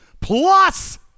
plus